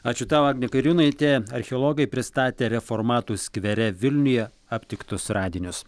ačiū tau agnė kairiūnaitė archeologai pristatė reformatų skvere vilniuje aptiktus radinius